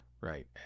right